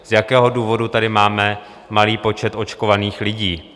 Z jakého důvodu tady máme malý počet očkovaných lidí?